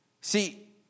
See